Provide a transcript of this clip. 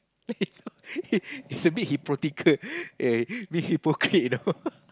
is a bit hypocritical ya be hypocrite you know